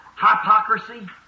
hypocrisy